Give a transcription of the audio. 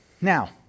Now